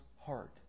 heart